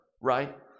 right